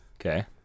Okay